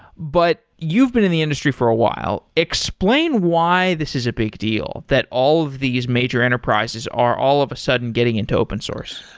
but you've been in the industry for a while. explain why this is a big deal that all of these major enterprises are all of a sudden getting into open source.